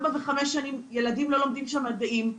ארבע וחמש שנים ילדים לא לומדים שם מדעים,